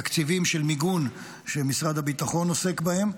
תקציבים של מיגון שמשרד הביטחון עוסק בהם,